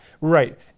Right